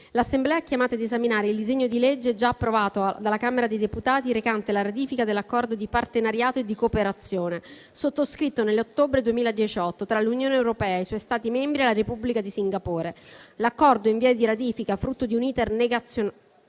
l'Assemblea è chiamata ad esaminare il disegno di legge, già approvato dalla Camera dei deputati, recante la ratifica dell'Accordo di partenariato e di cooperazione, sottoscritto nell'ottobre 2018, tra l'Unione europea e i suoi Stati membri e la Repubblica di Singapore. L'Accordo in via di ratifica, frutto di un *iter* negoziale